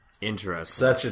Interesting